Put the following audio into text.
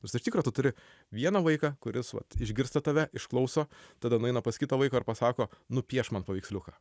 nors iš tikro tu turi vieną vaiką kuris vat išgirsta tave išklauso tada nueina pas kitą vaiką ir pasako nupiešk man paveiksliuką